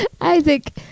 Isaac